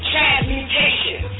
Transmutation